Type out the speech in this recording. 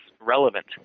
relevant